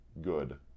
good